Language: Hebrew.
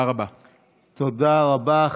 תודה רבה.